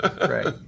right